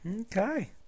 okay